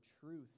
truth